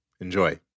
Enjoy